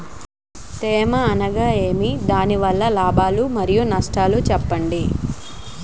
తేమ అనగానేమి? దాని వల్ల లాభాలు మరియు నష్టాలను చెప్పండి?